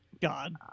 God